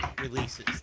releases